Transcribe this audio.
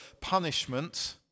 punishment